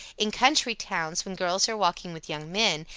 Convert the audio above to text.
in country towns, when girls are walking with young men,